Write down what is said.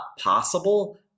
possible